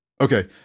Okay